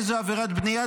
איזו עבירת בנייה?